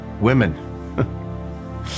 Women